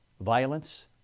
violence